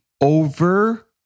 over